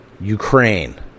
Ukraine